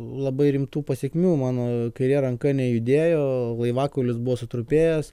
labai rimtų pasekmių mano kairė ranka nejudėjo laivakaulis buvo sutrupėjęs